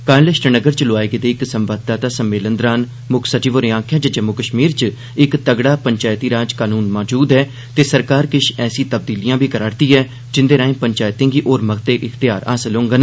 कल श्रीनगर च लोआए गेदे इक संवाददाता सम्मेलन दौरान मुक्ख सचिव होरें आखेआ जे जम्मू कश्मीर च इक तगड़ा पंचैती राज कानून मौजूद ऐ ते सरकार किश ऐसी तब्दीलिआं बी करै'रदी ऐ जिंदे राए पंचैतें गी होर मते अख्तियार हासल होड़न